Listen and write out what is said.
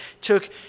took